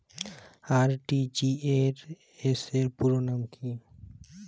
RTGS র পুরো নাম কি?